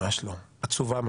לא, ממש לא, עצובה מאוד.